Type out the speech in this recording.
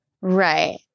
Right